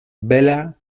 bela